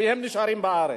והם נשארים בארץ.